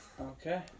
Okay